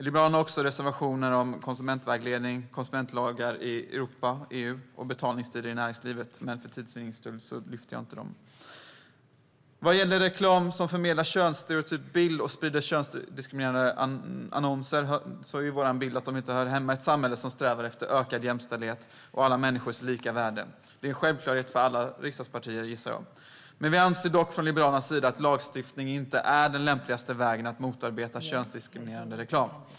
Liberalerna har också reservationer om konsumentvägledning, konsumentlagar i EU och betalningstider i näringslivet, men för tids vinnande tar jag inte upp dem. Vad gäller reklamaktörer som förmedlar en könsstereotyp bild och sprider könsdiskriminerande annonser är vår bild att de inte hör hemma i ett samhälle som strävar efter ökad jämställdhet och alla människors lika värde. Det är en självklarhet för alla riksdagspartier, gissar jag. Från Liberalernas sida anser vi dock att lagstiftning inte är den lämpligaste vägen att motarbeta könsdiskriminerande reklam.